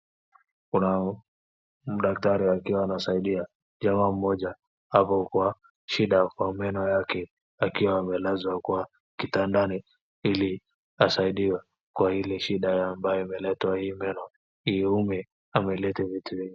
Kunao daktari akiwa anasaidia jamaa mmoja hapo kwa shida kwa meno yake, akiwa amelazwa kwa kitandani ili asaidie kwa ile shida ambayo imeletwa hii meno iume amelete vitu.